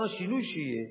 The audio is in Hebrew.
גם השינוי שיהיה